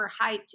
overhyped